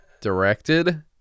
directed